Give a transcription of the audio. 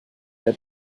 der